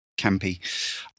campy